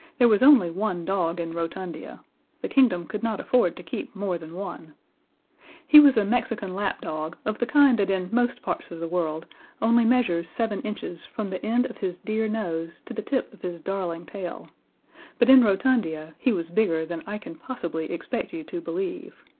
there was only one dog in rotundia the kingdom could not afford to keep more than one he was a mexican lapdog of the kind that in most parts of the world only measures seven inches from the end of his dear nose to the tip of his darling tail but in rotundia he was bigger than i can possibly expect you to believe.